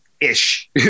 ish